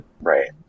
right